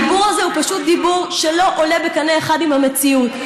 הדיבור הזה הוא פשוט דיבור שלא עולה בקנה אחד עם המציאות.